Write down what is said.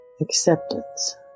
acceptance